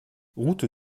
route